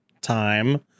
time